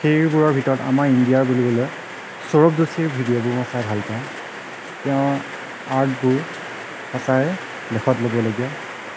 সেইবোৰৰ ভিতৰত আমাৰ ইণ্ডিয়াৰ বুলিবলৈ সৌৰভ জোচিৰ ভিডিঅ'বোৰ মই চাই ভালপাওঁ তেওঁৰ আৰ্টবোৰ সচাঁই লেখত ল'বলগীয়া